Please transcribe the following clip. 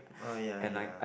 uh ya ya